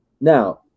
Now